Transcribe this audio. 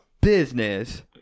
business